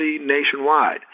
nationwide